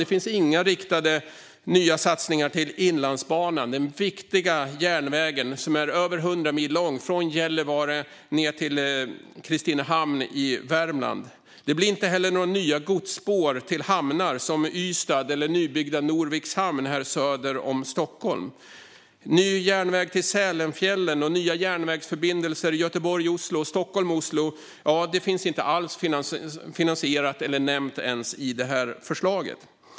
Det finns inga nya riktade satsningar till Inlandsbanan, den viktiga över hundra mil långa järnvägen från Gällivare ned till Kristinehamn i Värmland. Det blir inte heller några nya godsspår till hamnar som Ystad eller nybyggda Stockholm Norvik Hamn söder om Stockholm. Varken ny järnväg till Sälenfjällen eller nya järnvägsförbindelser Göteborg-Oslo och Stockholm-Oslo är finansierade eller ens nämnda i det här förslaget.